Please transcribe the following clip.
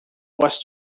was